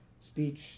speech